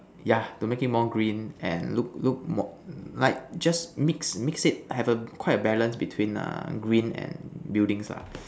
yeah to make it more green and look look look like just mix mix it have a quite a balance between err green and buildings lah